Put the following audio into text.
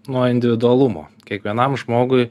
nuo individualumo kiekvienam žmogui